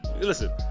Listen